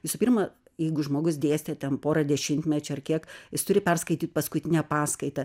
visų pirma jeigu žmogus dėstė ten porą dešimtmečių ar kiek jis turi perskaityt paskutinę paskaitą